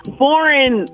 foreign